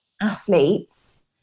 athletes